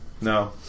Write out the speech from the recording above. No